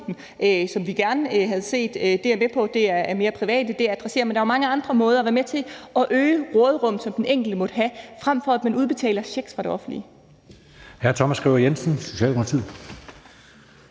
hvad vi gerne havde set. Jeg er med på, at det mere er private, det adresserer, men der er jo mange andre måder, hvorpå man kan være med til at øge råderummet, som den enkelte måtte have, frem for at man udbetaler checks fra det offentliges